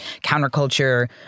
counterculture